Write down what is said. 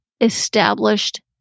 established